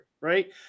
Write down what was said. right